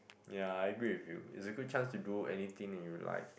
yea I agree with you it's a good chance to do anything in your life